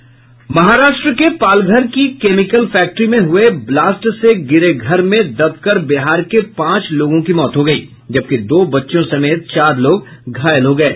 महाराष्ट्र के पालघर की chemical factory में हुये ब्लास्ट से गिरे घर में दब कर बिहार के पांच लोगों की मौत हो गयी जबकि दो बच्चियों समेत चार लोग घायल हो गये